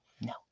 No